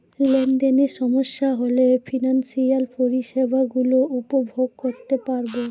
লেনদেনে সমস্যা হলে ফিনান্সিয়াল পরিষেবা গুলো উপভোগ করতে পারবো